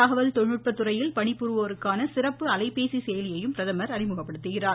தகவல் தொழில்நுட்ப துறையில் பணிபுரிவோருக்கான சிறப்பு அலைபேசி செயலியையும் பிரதமர் அறிமுகப்படுத்துகிறார்